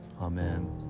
Amen